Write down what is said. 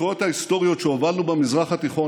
ההתפתחויות ההיסטוריות שהובלנו במזרח התיכון